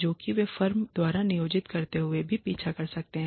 जो कि वे फर्म द्वारा नियोजित रहते हुए भी पीछा कर सकते हैं